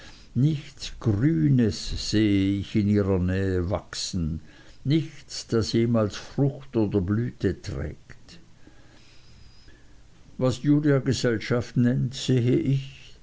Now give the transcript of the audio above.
nichts grünes sehe ich in ihrer nähe wachsen nichts was jemals frucht oder blüte trägt was julia gesellschaft nennt sehe ich